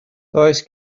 does